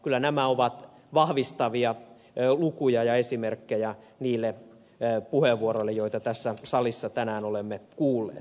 kyllä nämä ovat vahvistavia lukuja ja esimerkkejä niille puheenvuoroille joita tässä salissa tänään olemme kuulleet